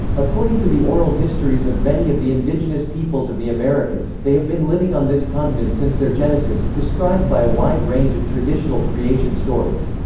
according to the oral histories of many of the indigenous peoples of the americas, they have been living on this continent since their genesis, described by a wide range of traditional creation stories.